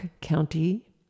County